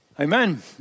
Amen